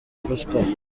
ruswa